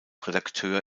redakteur